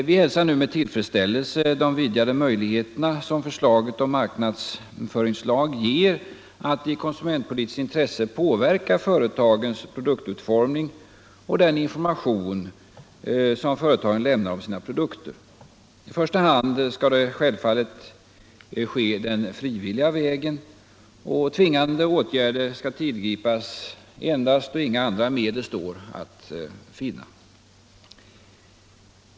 Vi hälsar nu med tillfredsställelse de vidgade möjligheter som förslaget om marknadsföringslag ger att i konsumentpolitiskt intresse påverka företagens produktutformning och den information som företagen lämnar om sina produkter. I första hand skall självfallet den frivilliga vägen beträdas och tvingande åtgärder tillgripas endast då inga andra medel står att finna.